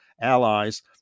allies